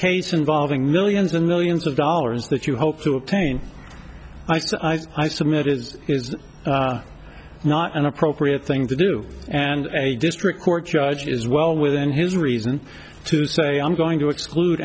case involving millions and millions of dollars that you hope to obtain ice ice i submit is is not an appropriate thing to do and a district court judge is well within his reason to say i'm going to exclude